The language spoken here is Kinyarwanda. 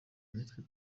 nitwe